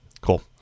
Cool